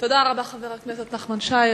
תודה לחבר הכנסת נחמן שי.